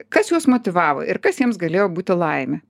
kas juos motyvavo ir kas jiems galėjo būti laimė